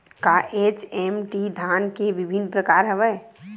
का एच.एम.टी धान के विभिन्र प्रकार हवय?